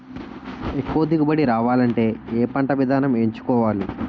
ఎక్కువ దిగుబడి రావాలంటే ఏ పంట విధానం ఎంచుకోవాలి?